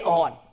on